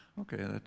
Okay